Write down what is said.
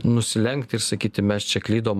nusilenkti ir sakyti mes čia klydom